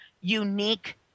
unique